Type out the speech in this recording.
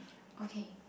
okay